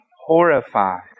horrified